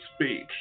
speech